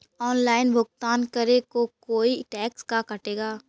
Online भुगतान करे को कोई टैक्स का कटेगा?